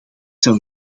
zou